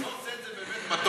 לא עושה את זה באמת מתוק.